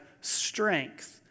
strength